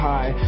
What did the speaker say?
High